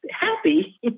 happy